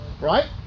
right